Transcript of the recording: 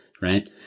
right